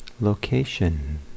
location